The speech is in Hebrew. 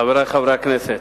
חברי חברי הכנסת,